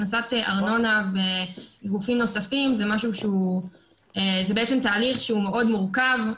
הכנסת ארנונה וגופים נוספים זה תהליך שהוא מאוד מורכב.